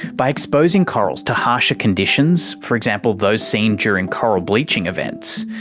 by exposing corals to harsher conditions, for example those seen during coral bleaching events,